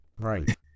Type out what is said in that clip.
Right